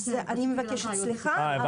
אז אני מבקשת סליחה.